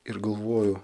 ir galvoju